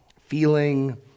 feeling